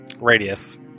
radius